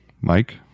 Mike